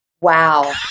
Wow